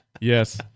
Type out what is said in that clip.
Yes